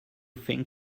think